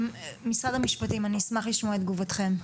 משרד המשפטים, אני אשמח לשמוע את תגובתכם.